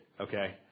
okay